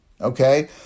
okay